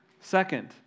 Second